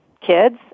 kids